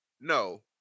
No